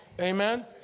Amen